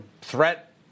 threat